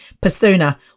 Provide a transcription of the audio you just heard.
persona